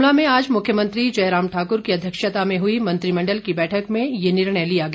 शिमला में आज मुख्यमंत्री जयराम ठाक्र की अध्यक्षता में हई मंत्रिमण्डल की बैठक में ये निर्णय लिया गया